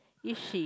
is she